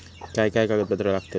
काय काय कागदपत्रा लागतील?